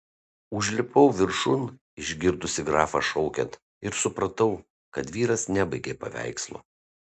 užlipau viršun išgirdusi grafą šaukiant ir supratau kad vyras nebaigė paveikslo